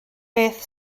beth